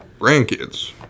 grandkids